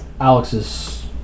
Alex's